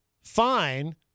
fine